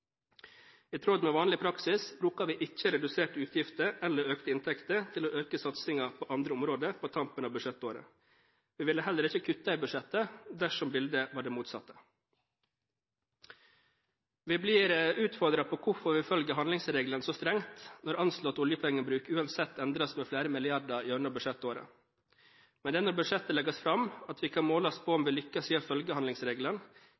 I tråd med vanlig praksis bruker vi ikke reduserte utgifter eller økte inntekter til å øke satsingen på andre områder på tampen av budsjettåret. Vi ville heller ikke kuttet i budsjettet dersom bildet var det motsatte. Vi blir utfordret på hvorfor vi følger handlingsregelen så strengt, når anslått oljepengebruk uansett endres med flere milliarder gjennom budsjettåret. Men det er når budsjettet legges fram, at vi kan måles på om